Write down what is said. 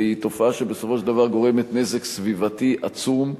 ובסופו של דבר היא גורמת נזק סביבתי עצום,